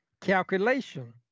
calculation